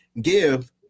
give